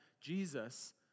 Jesus